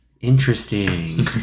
interesting